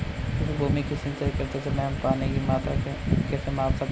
किसी भूमि की सिंचाई करते समय हम पानी की मात्रा कैसे माप सकते हैं?